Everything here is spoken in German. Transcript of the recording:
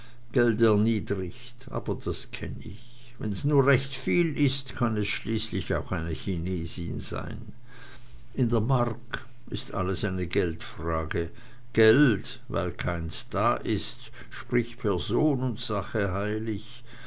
geld erniedrigt aber das kenn ich wenn's nur recht viel ist kann es schließlich auch eine chinesin sein in der mark ist alles geldfrage geld weil keins da ist spricht person und sache heilig